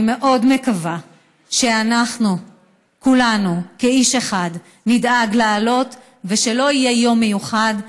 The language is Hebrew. אני מאוד מקווה שאנחנו כולנו כאיש אחד נדאג להעלות ושלא יהיה יום מיוחד,